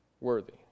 worthy